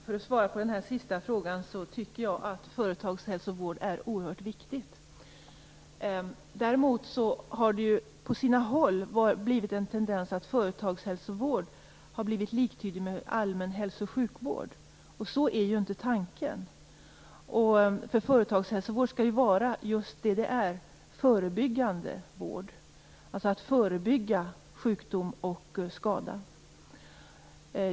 Herr talman! Som svar på den sista frågan tycker jag att företagshälsovård är oerhört viktigt. På sina håll har tendensen dock blivit att företagshälsovård har blivit liktydigt med allmän hälso och sjukvård, vilket inte är tanken. Företagshälsovård skall ju vara just vad det är, nämligen förebyggande vård. Det handlar alltså om att förebygga sjukdom och skada.